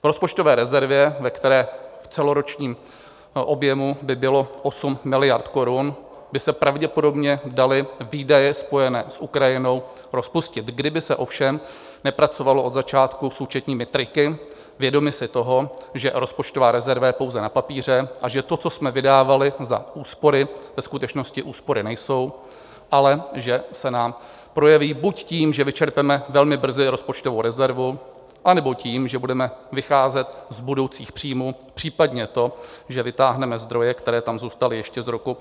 V rozpočtové rezervě, ve které v celoročním objemu by bylo 8 miliard korun, by se pravděpodobně daly výdaje spojené s Ukrajinou rozpustit, kdyby se ovšem nepracovalo od začátku s účetními triky, vědomi si toho, že rozpočtová rezerva je pouze na papíře, a že to, co jsme vydávali za úspory, ve skutečnosti úspory nejsou, ale že se nám projeví buď tím, že vyčerpáme velmi brzy rozpočtovou rezervu, anebo tím, že budeme vycházet z budoucích příjmů, případně to, že vytáhneme zdroje, které tam zůstaly ještě z roku 2021.